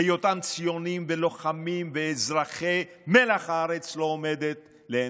היותם ציונים ולוחמים ומלח הארץ לא עומדת לעיניכם.